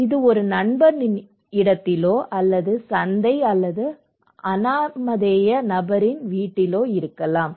இது ஒரு நண்பரின் இடத்தில் அல்லது சந்தை அல்லது அநாமதேய நபரின் வீட்டில் இருக்கலாம்